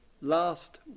last